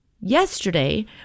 yesterday